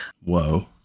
Whoa